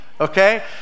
okay